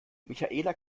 michaela